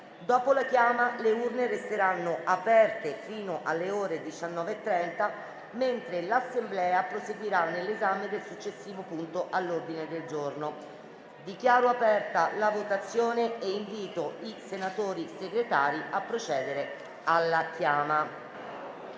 Dopo la chiama le urne resteranno aperte fino alle ore 19,30, mentre l'Assemblea proseguirà nell'esame del successivo punto all'ordine del giorno. Dichiaro aperta la votazione e invito il senatore Segretario a procedere all'appello